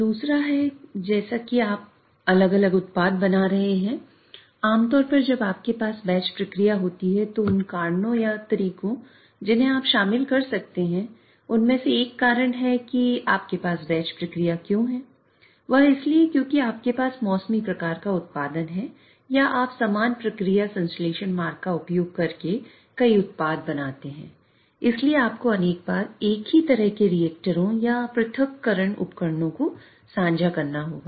दूसरा है जैसा कि आप अलग अलग उत्पाद बना रहे हैं आम तौर पर जब आपके पास बैच प्रक्रिया क्यों है वह इसलिए है आपके पास मौसमी प्रकार का उत्पादन है या आप समान प्रक्रिया संश्लेषण मार्ग का उपयोग करके कई उत्पाद बनाते हैं इसलिए आपको अनेक बार एक ही तरह के रिएक्टरों या पृथक्करण उपकरणों को साझा करना होगा